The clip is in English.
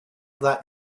that